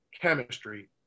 chemistry